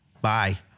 bye